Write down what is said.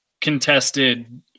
contested